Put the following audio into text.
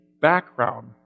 background